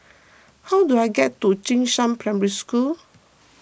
how do I get to Jing Shan Primary School